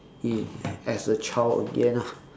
it as a child again ah